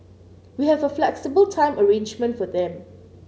we have a flexible time arrangement for them